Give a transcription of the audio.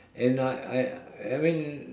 and I I I mean